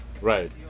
Right